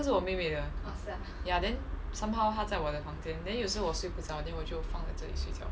那个是我妹妹的 ya then somehow 它在我的房间 then 有时候我睡不着 then 我就放在这里睡觉